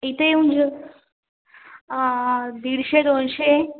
इथे येऊन जेव दीडशे दोनशे